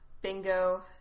Bingo